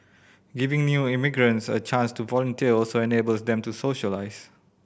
giving new immigrants a chance to volunteer also enables them to socialise